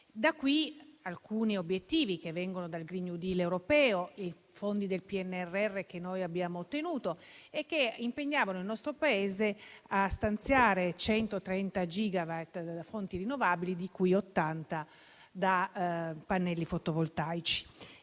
Da qui alcuni obiettivi che vengono dal *green new deal* europeo, i fondi del PNRR che abbiamo ottenuto e che impegnavano il nostro Paese a stanziare 130 gigawatt da fonti rinnovabili, di cui 80 da pannelli fotovoltaici.